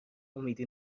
امیدی